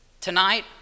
tonight